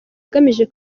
ugamije